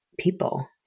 people